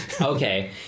okay